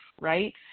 right